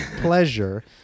pleasure